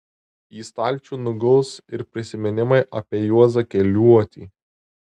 į stalčių nuguls ir prisiminimai apie juozą keliuotį